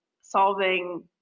solving